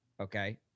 okay